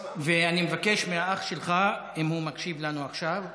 ואני מבקש מהאח שלך, אם הוא מקשיב לנו עכשיו,